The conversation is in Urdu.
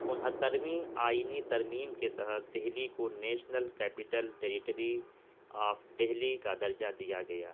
انہترویں آئینی ترمیم کے تحت دہلی کو national capital territory of Delhi کا درجہ دیا گیا